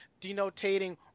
denotating